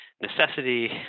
necessity